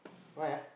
why ah